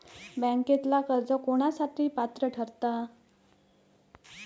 बँकेतला कर्ज कोणासाठी पात्र ठरता?